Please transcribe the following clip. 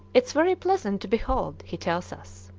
it is very pleasant to behold, he tells us.